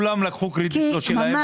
כולם לקחו קרדיט לא שלהם.